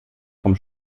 vom